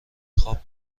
خواب